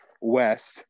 west